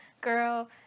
girl